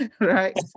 right